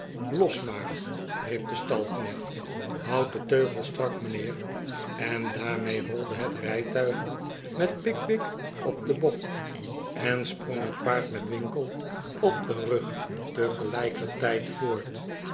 los maar riep de stalknecht houd de teugels strak mijnheer en daarmee rolde het rijtuig met pickwick op den bok en sprong het paard met winkle op den rug te'gelijkertijd voort